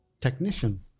technician